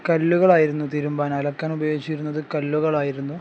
കല്ലുകളായിരുന്നു തിരുമ്മാൻ അലക്കാൻ ഉപയോഗിച്ചിരുന്നത് കല്ലുകളായിരുന്നു